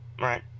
right